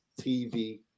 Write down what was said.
TV